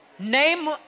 Name